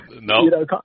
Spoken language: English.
No